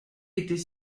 était